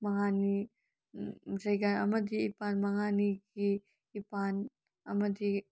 ꯃꯉꯥꯅꯤ ꯖꯩꯒ ꯑꯃꯗꯤ ꯏꯄꯥꯟ ꯃꯉꯥꯅꯤꯒꯤ ꯏꯄꯥꯟ ꯑꯃꯗꯤ